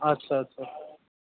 আচ্ছা আচ্ছা